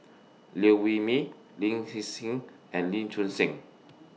Liew Wee Mee Lin Hsin Hsin and Lee Choon Seng